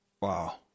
Wow